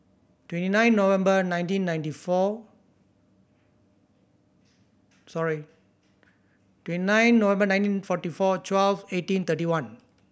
twenty nine November nineteen ninety four sorry twenty nine November nineteen forty four twelve eighteen thirty one